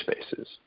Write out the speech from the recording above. spaces